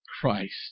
christ